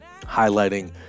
highlighting